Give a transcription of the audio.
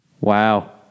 Wow